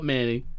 Manny